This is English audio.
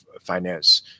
finance